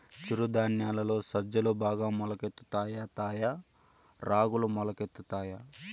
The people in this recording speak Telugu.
చిరు ధాన్యాలలో సజ్జలు బాగా మొలకెత్తుతాయా తాయా రాగులు మొలకెత్తుతాయా